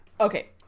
Okay